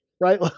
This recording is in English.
Right